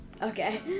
Okay